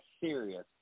serious